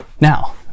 now